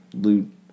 loot